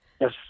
Yes